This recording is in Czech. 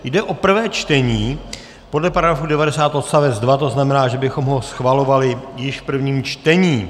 Jde o prvé čtení podle § 90 odst. 2., to znamená, že bychom ho schvalovali již v prvním čtení.